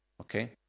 Okay